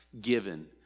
given